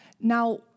Now